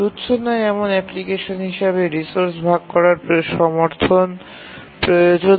তুচ্ছ নয় এমন অ্যাপ্লিকেশনের ক্ষেত্রে রিসোর্স ভাগ করার জন্য সাহায্য প্রয়োজন হয়